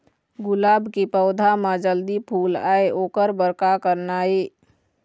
गुलाब के पौधा म जल्दी फूल आय ओकर बर का करना ये?